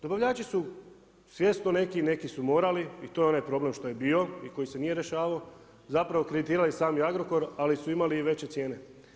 Dobavljači su, svjesno neki i neki su morali i to je onaj problem što je bio i koji se nije rješavao zapravo kreditirali sami Agrokor ali su imali i veće cijene.